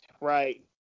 right